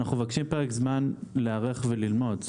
אנחנו מבקשים פרק זמן להיערך וללמוד.